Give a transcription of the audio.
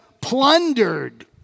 plundered